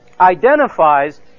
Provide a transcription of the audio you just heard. identifies